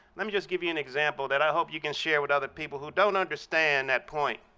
let me just give you an example that i hope you can share with other people who don't understand that point.